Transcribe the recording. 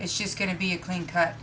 and she's going to be a clean cut